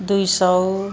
दुई सय